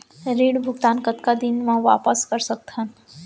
ऋण भुगतान कतका दिन म वापस कर सकथन?